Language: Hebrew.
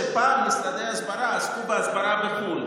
שפעם משרדי הסברה עסקו בהסברה בחו"ל.